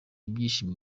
ibyishimo